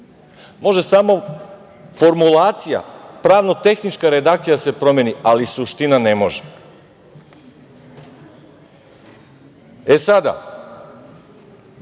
Može samo formulacija, pravno tehnička redakcija da se promeni, ali suština ne može. Valjda